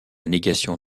négation